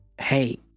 Hey